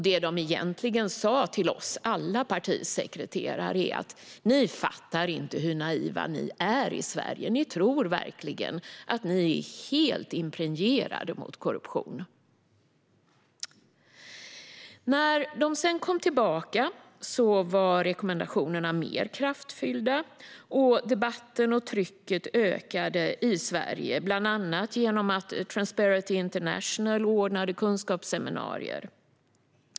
Det de egentligen sa till alla partisekreterare var att vi inte fattar hur naiva vi är i Sverige; vi tror verkligen att vi är helt impregnerade mot korruption. När Greco sedan kom tillbaka var rekommendationerna mer kraftfyllda. Debatten och trycket ökade i Sverige, bland annat genom att Transparency International ordnade kunskapsseminarier.